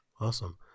Awesome